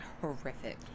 Horrific